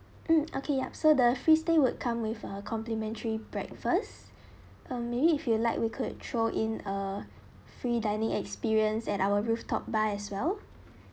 mm okay yup so the free stay would come with a complimentary breakfast uh maybe if you'd like we could throw in a free dining experience at our rooftop bar as well